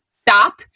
stop